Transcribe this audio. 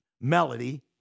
melody